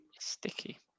sticky